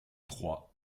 trois